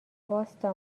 واستا